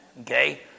Okay